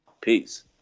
Peace